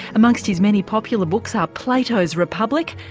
amongst his many popular books are plato's republic,